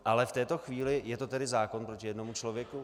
Ale v této chvíli je to tedy zákon proti jednomu člověku?